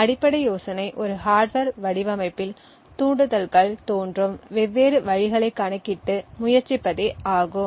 அடிப்படை யோசனை ஒரு ஹார்ட்வர் வடிவமைப்பில் தூண்டுதல்கள் தோன்றும் வெவ்வேறு வழிகளைக் கணக்கிட்டு முயற்சிப்பதே ஆகும்